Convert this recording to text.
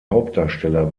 hauptdarsteller